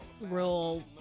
real